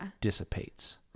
dissipates